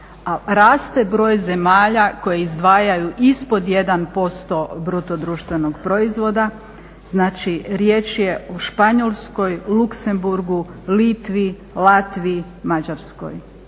raste broj zemalja koje izdvajaju ispod 1% BDP-a. znači riječ je o Španjolskoj, Luxembourgu, Litvi, Latviji, Mađarskoj.